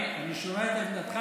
אני שומע את עמדתך,